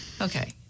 Okay